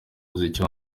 muziki